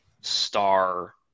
star